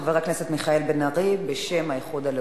חבר הכנסת מיכאל בן-ארי בשם האיחוד הלאומי,